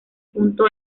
justo